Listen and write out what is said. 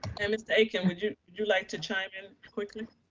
and mr. akin, would you you like to chime in quickly?